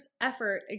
effort